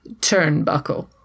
turnbuckle